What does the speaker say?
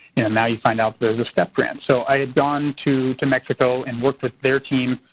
now you find out there's a step grant. so i had gone to to mexico and worked with their team.